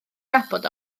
nabod